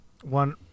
One